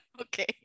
Okay